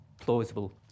plausible